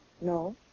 No